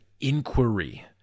inquiry